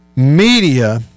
Media